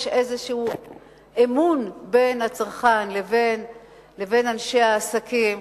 יש איזה אמון בין הצרכן לבין אנשי העסקים.